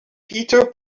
peter